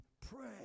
pray